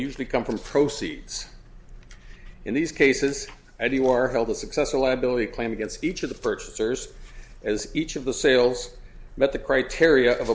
usually come from proceeds in these cases i do you are held the successful liability claim against each of the purchasers as each of the sales met the criteria of